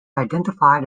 identified